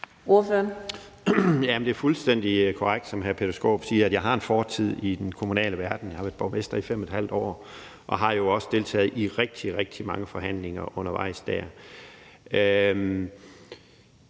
Det er fuldstændig korrekt, som hr. Peter Skaarup siger, at jeg har en fortid i den kommunale verden. Jeg har været borgmester i 5½ år og har jo også deltaget i rigtig, rigtig mange forhandlinger undervejs der.